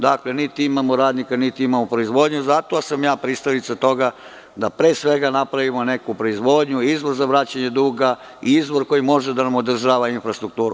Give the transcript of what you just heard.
Dakle, niti imamo radnika niti proizvodnju i zato sam pristalica toga da pre svega napravimo neku proizvodnju, izvoz za vraćanje duga i izvor koji može da nam održava infrastrukturu.